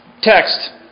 text